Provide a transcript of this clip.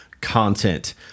content